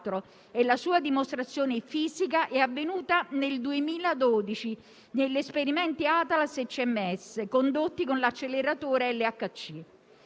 e la sua dimostrazione fisica è avvenuta nel 2012, negli esperimenti Atlas e CMS condotti con l'acceleratore LHC.